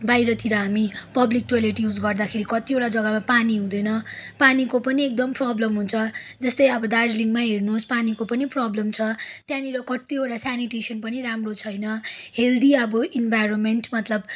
बााहिरतिर हामी public toilet use गर्दाखेरि कत्तिवटा जग्गामा पानी हुँदैन पानीको पनि एकदम प्रब्लम हुन्छ जस्तै अब दार्जिलिङमै हेर्नुहोस् पानीको पनि प्रब्लम छ त्यहाँनिर कत्तिवटा सेनिटेसन पनि राम्रो छैन हेल्दी अब इन्भाइरोमेन्ट मतलब